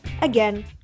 Again